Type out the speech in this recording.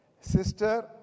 sister